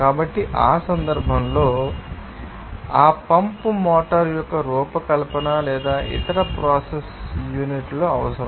కాబట్టి ఆ సందర్భంలో మీకు తెలుసా ఆ పంప్ మోటారు యొక్క రూపకల్పన లేదా ఇతర ప్రాసెస్ యూనిట్ అవసరం